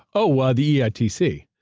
oh, ah the eitc?